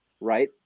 right